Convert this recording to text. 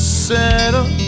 settle